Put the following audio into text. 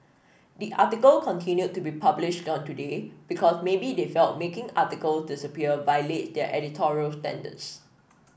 the article continued to be published on today because maybe they felt making articles disappear violates their editorial standards